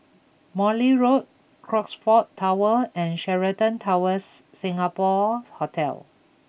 Morley Road Crockfords Tower and Sheraton Towers Singapore Hotel